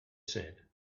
said